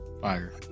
fire